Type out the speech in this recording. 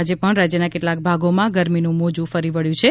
આજે પણ રાજ્યના કેટલાંક ભાગોમાં ગરમીનું મોજૂં ફરી વળ્યું છે